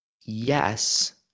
Yes